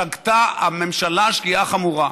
שגתה הממשלה שגיאה חמורה.